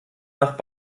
nach